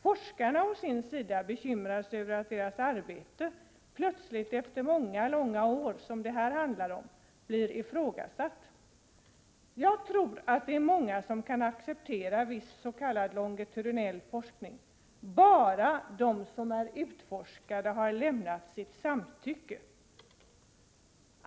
Forskarna å sin sida bekymrar sig över att deras arbete plötsligt, efter många långa år — som det handlar om här —, blir ifrågasatt. Jag tror att många kan acceptera viss s.k. longitudinell forskning, om bara de som utforskas har lämnat sitt samtycke.